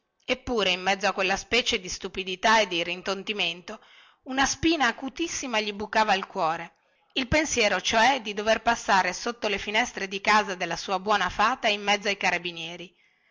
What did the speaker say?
eppure in mezzo a quella specie di stupidità e di rintontimento una spina acutissima gli bucava il cuore il pensiero cioè di dover passare sotto le finestre di casa della sua buona fata in mezzo ai carabinieri